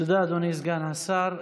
תודה, אדוני סגן השר.